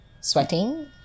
sweating